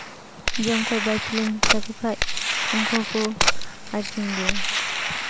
ᱡᱚ ᱠᱚ ᱵᱟᱹᱲᱛᱤ ᱞᱮᱱ ᱛᱟᱠᱚ ᱠᱷᱟᱡ ᱩᱱᱠᱩ ᱠᱚ ᱟᱹᱠᱷᱨᱤᱧ ᱜᱮᱭᱟ